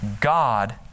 God